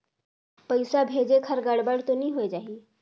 पइसा भेजेक हर गड़बड़ तो नि होए जाही?